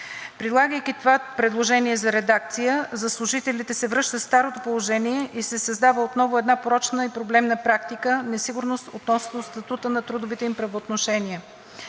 Прилагайки това предложение за редакция, за служителите се връща старото положение и се създава отново една порочна и проблемна практика – несигурност относно статута на трудовите им правоотношения.